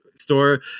store